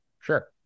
sure